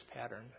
pattern